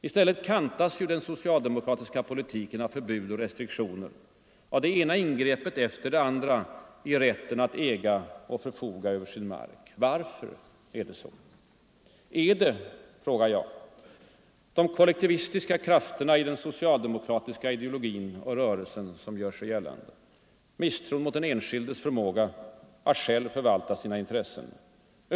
I stället kantas den socialdemokratiska politiken av förbud och restriktioner, av det ena angreppet efter det andra i rätten att äga och förfoga över sin mark. Varför är det så? Är det, frågar jag, de kollektivistiska krafterna i den socialdemokratiska ideologin och rörelsen som gör sig gällande? Misstron mot den enskildes förmåga att själv förvalta sina intressen?